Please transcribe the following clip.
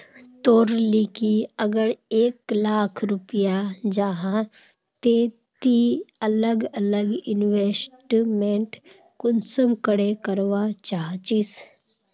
तोर लिकी अगर एक लाख रुपया जाहा ते ती अलग अलग इन्वेस्टमेंट कुंसम करे करवा चाहचिस?